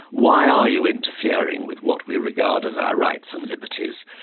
why are you interfering with what we regard as our rights and liberties?